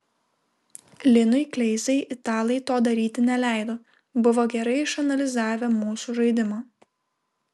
linui kleizai italai to daryti neleido buvo gerai išanalizavę mūsų žaidimą